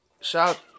Shout